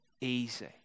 easy